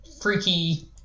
freaky